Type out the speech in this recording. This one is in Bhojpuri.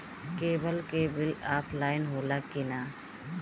केबल के बिल ऑफलाइन होला कि ना?